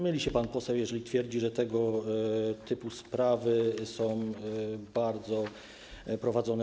Myli się pan poseł, jeżeli twierdzi, że tego typu sprawy są bardzo szybko prowadzone.